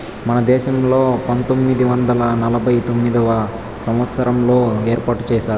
మన దేశంలో పంతొమ్మిది వందల నలభై తొమ్మిదవ సంవచ్చారంలో ఏర్పాటు చేశారు